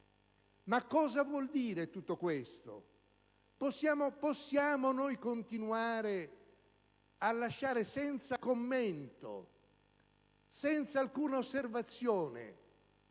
Ma cosa vuol dire tutto questo? Possiamo noi continuare a lasciare senza commenti o osservazioni